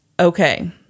Okay